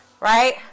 right